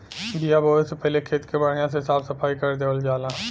बिया बोये से पहिले खेत के बढ़िया से साफ सफाई कर देवल जाला